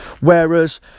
Whereas